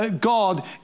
God